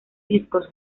discos